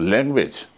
Language